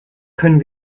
können